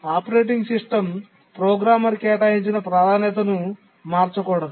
operating system programmer కేటాయించిన ప్రాధాన్యతను మార్చకూడదు